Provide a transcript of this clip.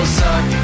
suck